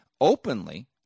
openly